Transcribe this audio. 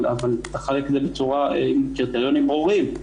אבל תחלק להם עם קריטריונים ברורים.